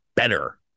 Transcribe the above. better